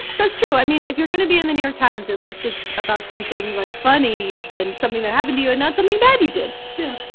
that's true. i mean, if you're going to be in the new york times, at least it's about something, like, funny and something that happened to you and not something bad you did yeah.